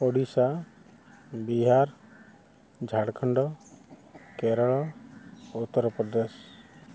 Odisha Bihar Jharkhand Kerala Uttar Pradesh